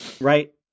right